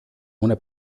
una